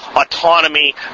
autonomy